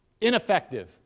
ineffective